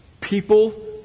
people